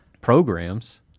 Programs